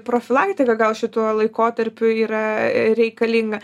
profilaktika gal šituo laikotarpiu yra reikalinga